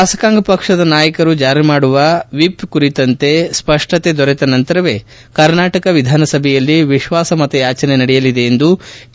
ಶಾಸಕಾಂಗ ಪಕ್ಷದ ನಾಯಕರು ಜಾರಿ ಮಾಡುವ ವಿಪ್ ಕುರಿತಂತೆ ಸ್ಪಷ್ಷತೆ ದೊರೆತ ನಂತರವೇ ಕರ್ನಾಟಕ ವಿಧಾನಸಭೆಯಲ್ಲಿ ವಿಶ್ನಾಸಮತ ಯಾಚನೆ ನಡೆಯಲಿದೆ ಎಂದು ಕೆ